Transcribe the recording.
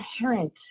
inherent